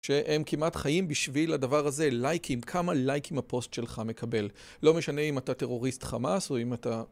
שהם כמעט חיים בשביל הדבר הזה, לייקים, כמה לייקים הפוסט שלך מקבל. לא משנה אם אתה טרוריסט חמאס או אם אתה...